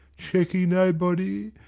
checking thy body,